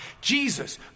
Jesus